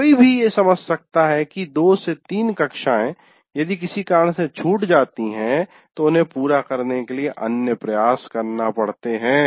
कोई भी ये समझ सकता है कि 2 3 कक्षाएं यदि किसी कारण से छूट जाती हैं तो उन्हें पूरा करने के लिए अन्य प्रयास करना पड़ते है